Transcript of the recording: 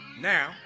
Now